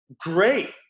Great